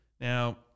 Now